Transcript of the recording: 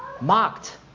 mocked